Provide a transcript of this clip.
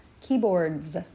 keyboards